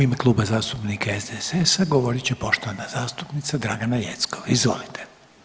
U ime Kluba zastupnika SDSS-a govorit će poštovana zastupnica Dragana Jeckov, izvolite.